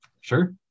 Sure